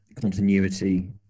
continuity